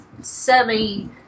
semi